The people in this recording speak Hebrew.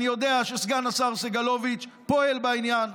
אני יודע שסגן השר סגלוביץ' פועל בעניין.